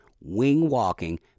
wing-walking